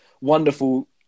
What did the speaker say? wonderful